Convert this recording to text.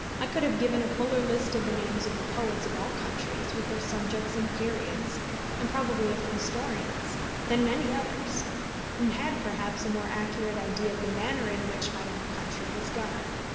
i could have given a fuller list of the names of the poets of all countries, with their subjects and periods and probably of historians than many others and had, perhaps, a more accurate idea of the manner in which my own country was governed.